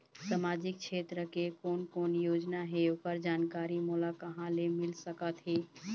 सामाजिक क्षेत्र के कोन कोन योजना हे ओकर जानकारी मोला कहा ले मिल सका थे?